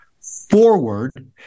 forward